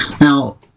Now